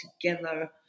together